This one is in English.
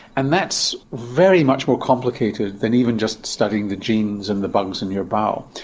and that's very much more complicated than even just studying the genes and the bugs in your bowel.